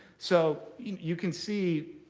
so you can see